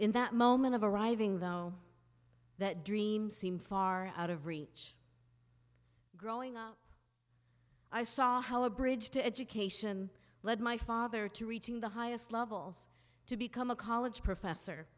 in that moment of arriving though that dream seemed far out of reach growing up i saw how a bridge to education led my father to reaching the highest levels to become a college professor